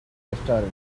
restaurant